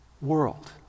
world